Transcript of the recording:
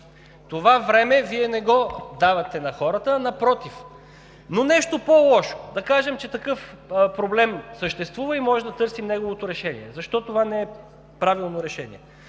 Това време Вие не го давате на хората, а напротив. Но нещо по-лошо – да кажем, че такъв проблем съществува и може да търсим неговото решение. Защо това не е правилно решение?